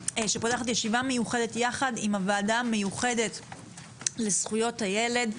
שפותחת ישיבה מיוחדת יחד עם הוועדה לזכויות הילד,